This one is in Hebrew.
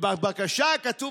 בבקשה כתוב